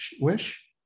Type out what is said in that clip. wish